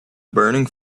burning